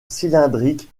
cylindrique